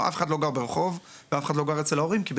אף אחד לא גר ברחוב ואף אחד לא גר אצל ההורים מהסיבה הפשוטה שאצל